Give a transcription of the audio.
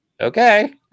okay